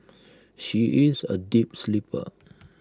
she is A deep sleeper